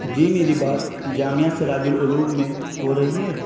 جی میری بات جامعہ سراج العلوم میں ہو رہی ہے